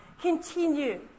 continue